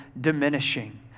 diminishing